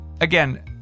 again